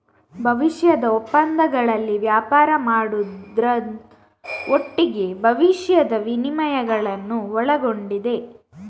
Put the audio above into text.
ಭವಿಷ್ಯದ ಒಪ್ಪಂದಗಳಲ್ಲಿ ವ್ಯಾಪಾರ ಮಾಡುದ್ರ ಒಟ್ಟಿಗೆ ಭವಿಷ್ಯದ ವಿನಿಮಯಗಳನ್ನ ಒಳಗೊಂಡಿದೆ